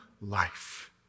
life